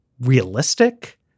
realistic-